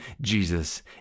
Jesus